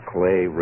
Clay